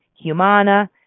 Humana